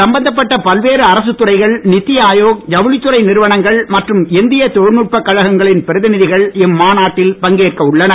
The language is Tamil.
சம்பந்தப்பட்ட பல்வேறு அரசுத் துறைகள் நித்தி ஆயோக் ஜவுளித்துறை நிறுவனங்கள் மற்றும் இந்தியத் தொழில்நுட்பக் கழகங்களின் பிரதிநிதிகள் இம்மாநாட்டில் பங்கேற்க உள்ளனர்